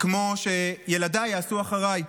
וכמו שילדיי יעשו אחריי,